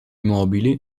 mobili